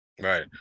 Right